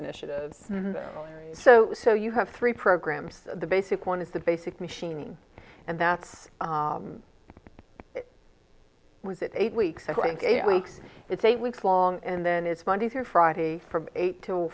initiatives so so you have three programs the basic one is the basic machine and that's was it eight weeks i think eight weeks it's eight weeks long and then it's monday through friday from eight to